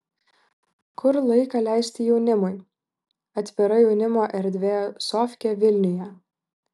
kur laiką leisti jaunimui atvira jaunimo erdvė sofkė vilniuje